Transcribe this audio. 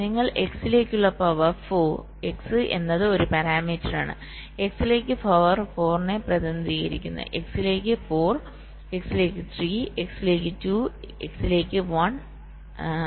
നിങ്ങൾ x ലേക്കുള്ള power 4 x എന്നത് ഒരു പരാമീറ്ററാണ് x ലേക്ക് പവർ 4 നെ പ്രതിനിധീകരിക്കുന്നു x ലേക്ക് 4 x ലേക്ക് 3 x ലേക്ക് 2 x ലേക്ക് 1 x ൽ